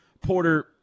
Porter